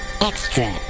extra